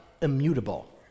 immutable